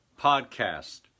Podcast